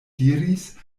diris